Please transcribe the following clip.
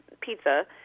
pizza